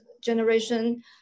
generation